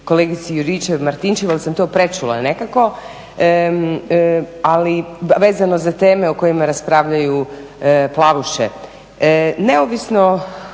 kolegici Juričev-Martinčev ali sam to prečula nekako, ali vezano za teme o kojima raspravljaju plavuše.